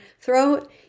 throat